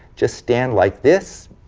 just stand like this,